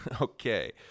Okay